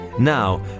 Now